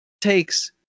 takes